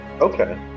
Okay